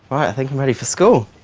i think i'm ready for school,